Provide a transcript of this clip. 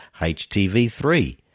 HTV-3